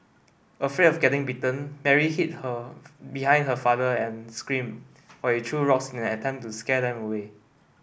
afraid of getting bitten Mary hid her behind her father and screamed while he threw rocks in an attempt to scare them away